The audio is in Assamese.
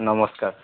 নমস্কাৰ